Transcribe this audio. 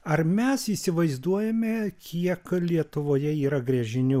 ar mes įsivaizduojame kiek lietuvoje yra gręžinių